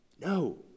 No